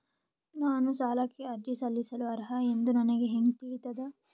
ನಾನು ಸಾಲಕ್ಕೆ ಅರ್ಜಿ ಸಲ್ಲಿಸಲು ಅರ್ಹ ಎಂದು ನನಗೆ ಹೆಂಗ್ ತಿಳಿತದ?